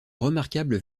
remarquables